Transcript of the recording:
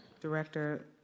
Director